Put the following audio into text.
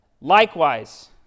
Likewise